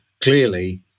clearly